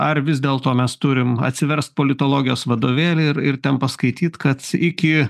ar vis dėlto mes turim atsiverst politologijos vadovėlį ir ir ten paskaityt kad iki